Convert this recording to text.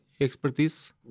expertise